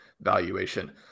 valuation